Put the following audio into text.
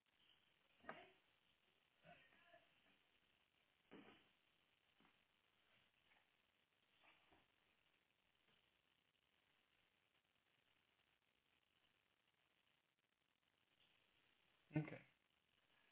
okay